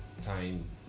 time